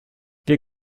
wir